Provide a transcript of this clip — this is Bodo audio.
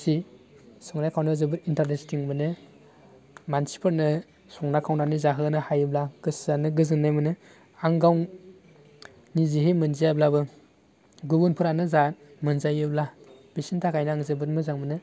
खुसि संनाय खावनायाव जोबोद इन्टारेस्टिं मोनो मानसिफोरनो संना खावनानै जाहोनो हायोब्ला गोसोआनो गोजोन्नाय मोनो आं गाव निजेयै मोनजायाब्लाबो गुबुनफ्रानो जा मोनजायोब्ला बिसिनि थाखायनो आं जोबोद मोजां मोनो